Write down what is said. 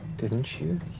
didn't you?